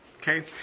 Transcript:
Okay